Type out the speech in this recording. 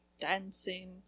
Dancing